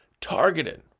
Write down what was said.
targeted